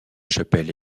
chapelle